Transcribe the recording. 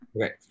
Okay